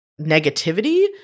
negativity